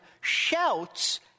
shouts